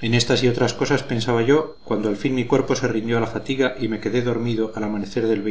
en estas y otras cosas pensaba yo cuando al fin mi cuerpo se rindió a la fatiga y me quedé dormido al amanecer del